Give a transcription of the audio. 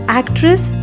actress